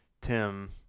Tim